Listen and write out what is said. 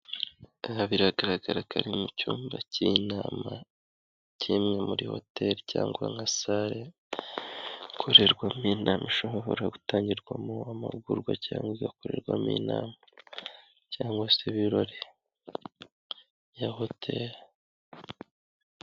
Aha biragaragara ko ari mu cyumba cy'inama, kimwe muri hotel cyangwa nka sale, ikorerwamo inama ishobora gutangirwamo amahugurwa cyangwa igakorerwamo inama, cyangwa se ibirori ya hoteli.